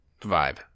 vibe